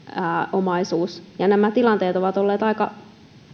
omaisuus nämä tilanteet ovat olleet aika